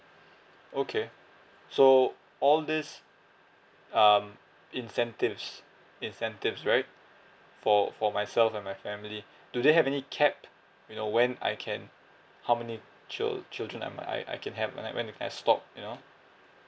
okay so all these um incentives incentives right for for myself and my family do they have any cap you know when I can how many child~ children um I I can have and that when I can stop you know